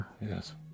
Yes